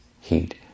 heat